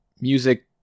music